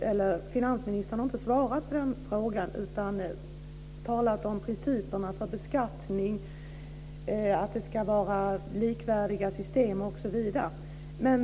Finansministern har inte svarat på frågan utan talat om principerna för beskattning, att det ska vara likvärdiga system osv.